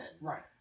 Right